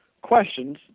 questions